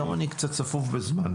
היום אני קצת צפוף בזמן.